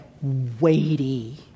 weighty